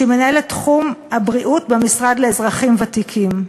מנהלת תחום הבריאות במשרד לאזרחים ותיקים.